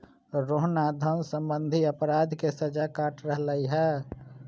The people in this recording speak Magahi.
रोहना धन सम्बंधी अपराध के सजा काट रहले है